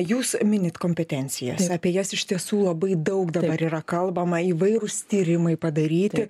jūs minit kompetencijas ir apie jas iš tiesų labai daug dabar yra kalbama įvairūs tyrimai padaryti